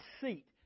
seat